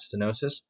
stenosis